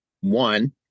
One